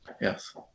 yes